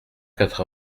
quatre